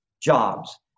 jobs